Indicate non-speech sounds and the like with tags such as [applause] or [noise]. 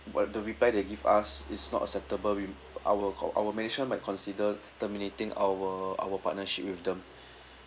but the reply they give us is not acceptable we I will call our management might consider [breath] terminating our our partnership with them [breath]